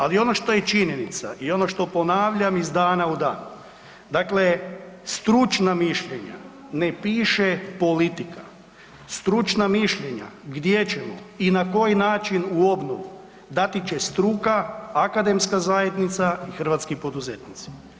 Ali ono što je činjenica i ono što ponavljam iz dana u dan, dakle stručna mišljenja, ne piše politika, stručna mišljenja gdje ćemo i na koji način u obnovu dati će struka, Akademska zajednica i hrvatski poduzetnici.